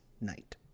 night